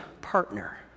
partner